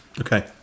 Okay